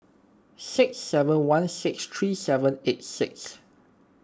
six seven one six three seven eight six